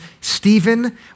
Stephen